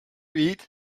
eat